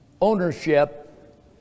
ownership